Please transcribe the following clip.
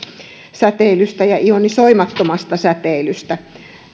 säteilystä ja ionisoimattomasta säteilystä